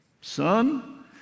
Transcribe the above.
son